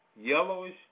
yellowish